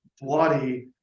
bloody